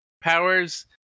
powers